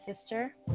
sister